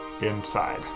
inside